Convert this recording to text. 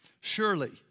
Surely